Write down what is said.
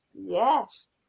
yes